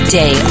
day